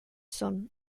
son